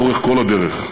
לאורך כל הדרך.